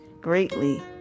greatly